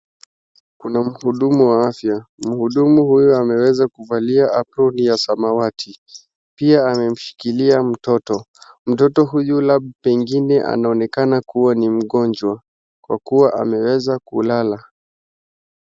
Kuna mhudumu wa afya, mhudumu huyu ameweza kuvalia aproni ya samawati pia amemshikilia mtoto, mtoto huyu labda pengine anaonekana kuwa ni mgonjwa kwa kuwa ameweza kulala.